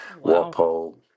walpole